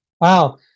wow